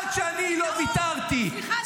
עד שאני לא ויתרתי -- סליחה.